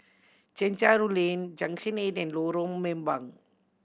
Chencharu Lane Junction Eight and Lorong Mambong